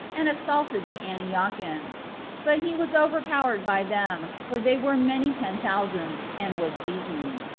and assaulted the antiochians but he was overpowered by them, for they were many ten thousands, and was beaten.